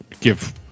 give